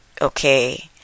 okay